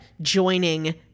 joining